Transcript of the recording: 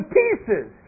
pieces